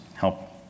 help